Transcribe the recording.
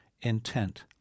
intent